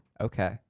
Okay